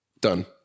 Done